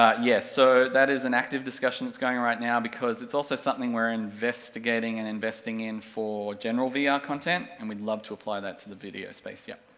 ah yes, so, that is an active discussion that's going right now because it's also something we're investigating and investing in for general vr ah content, and we'd love to apply that to the video space, yep.